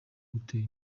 gutera